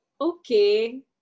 Okay